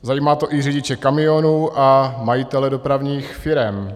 Zajímá to i řidiče kamionů a majitele dopravních firem.